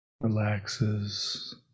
relaxes